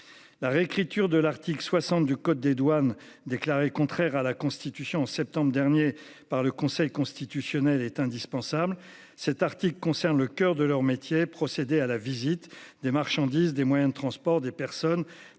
La réécriture de l'article 60 du code des douanes déclarée contraire à la Constitution en septembre dernier par le Conseil constitutionnel est indispensable. Cet article concerne le coeur de leur métier, procédé à la visite des marchandises, des moyens de transport des personnes